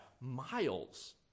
miles